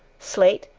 slate,